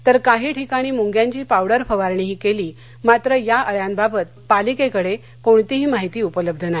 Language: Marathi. तर काही ठिकाणी मुंग्यांची पावडर फवारणीही कल्ली मात्र या अळ्यांबाबात पालिक्किडक्रीणतीही माहिती उपलब्ध नाही